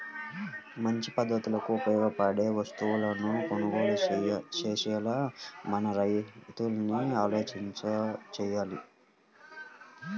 మంచి పద్ధతులకు ఉపయోగపడే వస్తువులను కొనుగోలు చేసేలా మన రైతుల్ని ఆలోచింపచెయ్యాలి